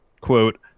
Quote